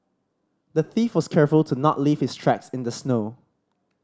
the thief was careful to not leave his tracks in the snow